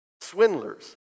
swindlers